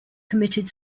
committed